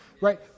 Right